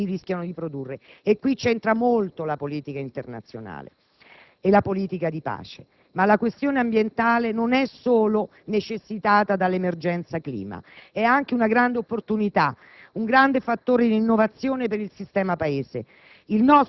che questi rischiano di produrre, e qui c'entra molto la politica internazionale e la politica di pace. La questione ambientale non è solo necessitata dall'emergenza clima, è anche una grande opportunità, un grande fattore di innovazione per il sistema Paese.